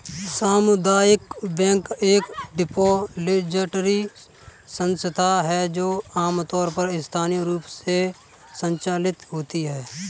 सामुदायिक बैंक एक डिपॉजिटरी संस्था है जो आमतौर पर स्थानीय रूप से संचालित होती है